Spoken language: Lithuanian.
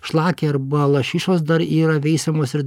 šlakiai arba lašišos dar yra veisiamos ir